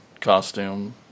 costume